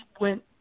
went